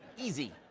easy.